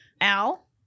Al